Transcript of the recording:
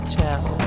tell